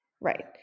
Right